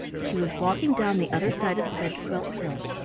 she was walking down the other side of the bedquilt hill,